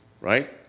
Right